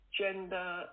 gender